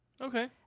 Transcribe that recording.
Okay